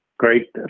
Great